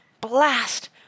Blast